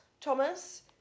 Thomas